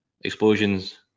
explosions